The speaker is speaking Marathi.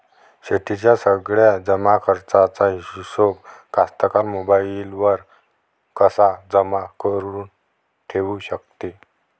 शेतीच्या सगळ्या जमाखर्चाचा हिशोब कास्तकार मोबाईलवर कसा जमा करुन ठेऊ शकते?